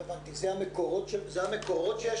לא הבנתי, זה המקורות שיש